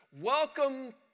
Welcome